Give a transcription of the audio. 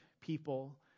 people